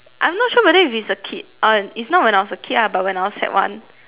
I am not sure whether if it is a kid uh it's not when I was a kid lah but when I was sec one